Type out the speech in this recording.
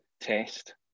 test